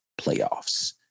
playoffs